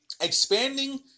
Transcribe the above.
Expanding